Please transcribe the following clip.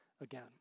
again